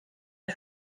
est